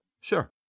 sure